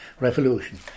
revolution